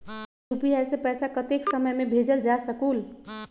UPI से पैसा कतेक समय मे भेजल जा स्कूल?